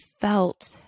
felt